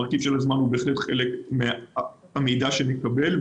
מרכיב הזמן הוא בהחלט חלק מהמידע שנקבל,